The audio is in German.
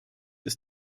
ist